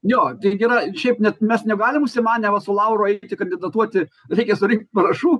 jo tai gera šiaip net mes negalim užsimanę vat su lauru eiti kandidatuoti reikia surinkt parašų